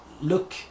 look